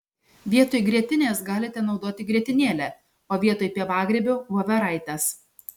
vietoj grietinės galite naudoti grietinėlę o vietoj pievagrybių voveraites